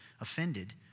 offended